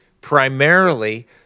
primarily